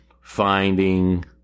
finding